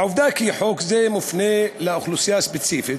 עובדה כי חוק זה מופנה לאוכלוסייה ספציפית